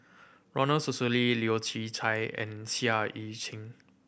Ronald Susilo Leu Yew Chye and Seah Eu Chin